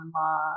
law